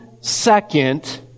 second